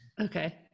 Okay